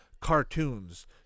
cartoons